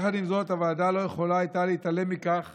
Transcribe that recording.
יחד עם זאת, הוועדה לא הייתה יכולה להתעלם מכך